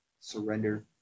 surrender